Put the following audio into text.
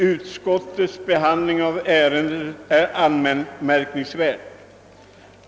Utskottets behandling av ärendet är anmärkningsvärd.